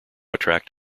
attract